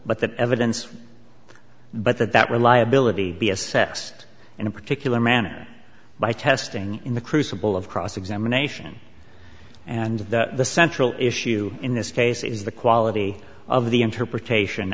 but that evidence but that that reliability be assessed in a particular manner by testing in the crucible of cross examination and the central issue in this case is the quality of the interpretation